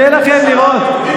אתה צודק.